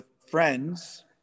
friends